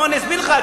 לא, אני אסביר לך.